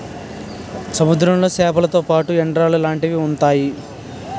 సముద్రంలో సేపలతో పాటు ఎండ్రలు లాంటివి ఉంతాయి